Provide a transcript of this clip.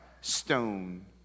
stone